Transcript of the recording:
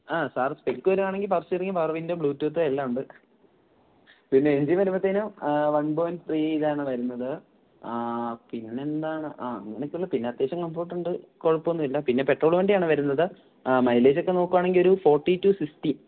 ആ sir spec വരികയാണെങ്കില് power steering power wind bluetooth എല്ലാമുണ്ട് പിന്നെ എൻജിൻ വരുമ്പോഴത്തേക്ക് വൺ പോയിൻ്റ് ത്രീയിലാണ് വരുന്നത് പിന്നെന്താണ് അങ്ങനെയൊക്കെയുള്ള പിന്നെ അത്യാവശ്യം കംഫർട്ട് ഉണ്ട് കുഴപ്പമൊന്നുമില്ല പിന്നെ പെട്രോൾ വണ്ടിയാണ് വരുന്നത് മൈലേജൊക്കെ നോക്കുകയാണെങ്കില് ഒരു ഫോർട്ടി ടു സിസ്റ്റി